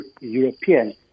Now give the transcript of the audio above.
European